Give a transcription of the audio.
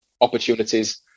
opportunities